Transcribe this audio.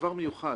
דבר מיוחד.